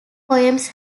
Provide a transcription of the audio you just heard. poems